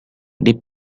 the